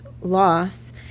loss